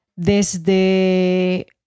desde